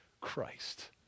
Christ